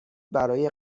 برای